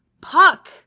Puck